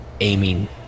aiming